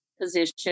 position